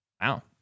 Wow